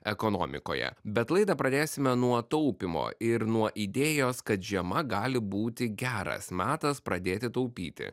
ekonomikoje bet laidą pradėsime nuo taupymo ir nuo idėjos kad žiema gali būti geras metas pradėti taupyti